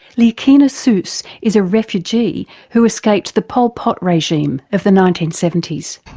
leahkhana suos is a refugee who escaped the pol pot regime of the nineteen seventy s.